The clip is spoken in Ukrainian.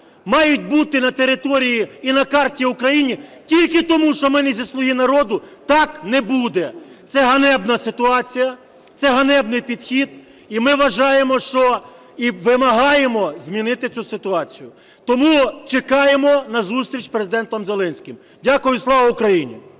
мають бути на території і на карті України тільки тому що ми не зі "Слуги народу" – так не буде. Це ганебна ситуація, це ганебний підхід. І ми вважаємо і вимагаємо змінити цю ситуацію. Тому чекаємо на зустріч з Президентом Зеленським. Дякую. Слава Україні!